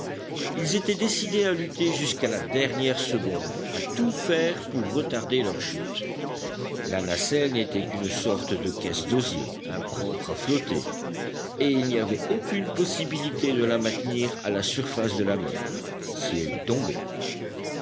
ils étaient décidés à lutter jusqu'à la dernière seconde à tout faire pour retarder leur chute la nacelle n'était qu'une sorte de caisse d'osier impropre à flotter et il n'y avait aucune possibilité de la maintenir à la surface de la mer si elle y tombait